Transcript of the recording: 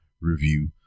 review